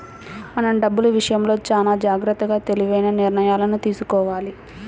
మనం డబ్బులు విషయంలో చానా జాగర్తగా తెలివైన నిర్ణయాలను తీసుకోవాలి